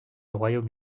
royaume